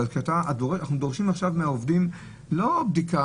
אבל אנחנו דורשים עכשיו מהעובדים לא בדיקה